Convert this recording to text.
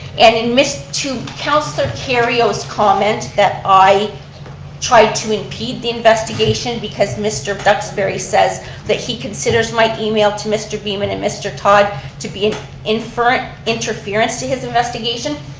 and in midst to councilor kerrio's comment that i tried to impede the investigation because mr. duxbury says that he considers my email to mr. beaman and mr. todd to be an inferent interference to his investigation.